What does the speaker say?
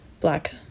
black